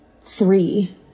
Three